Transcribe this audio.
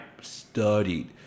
studied